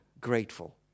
grateful